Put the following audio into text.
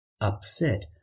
upset